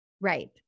Right